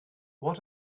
what